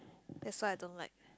that's why I don't like